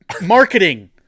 marketing